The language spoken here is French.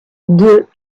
deux